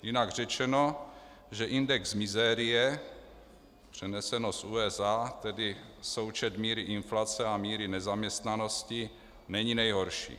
Jinak řečeno, že index mizérie, přeneseno z USA, tedy součet míry inflace a míry nezaměstnanosti, není nejhorší.